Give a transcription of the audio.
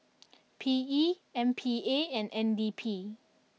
P E M P A and N D P